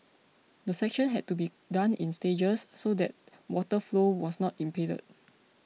the section had to be done in stages so that water flow was not impeded